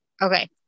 Okay